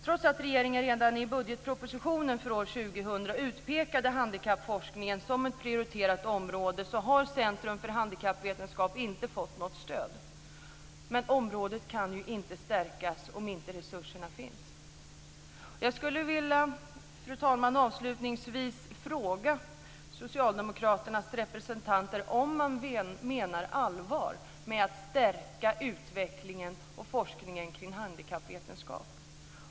Trots att regeringen redan i budgetpropositionen för år 2000 utpekat handikappforskningen som ett prioriterat område har Centrum för handikappvetenskap inte fått något stöd. Men området kan ju inte stärkas om inte resurserna finns. Fru talman! Jag skulle avslutningsvis vilja fråga socialdemokraternas representanter om de menar allvar med att stärka utvecklingen och forskningen kring handikappvetenskap.